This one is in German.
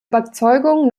überzeugung